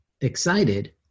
excited